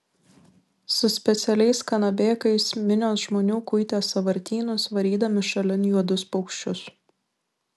su specialiais kanabėkais minios žmonių kuitė sąvartynus varydami šalin juodus paukščius